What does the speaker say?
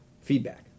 feedback